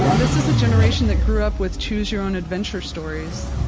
yeah this is a generation that grew up with choose your own adventure stories.